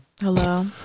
hello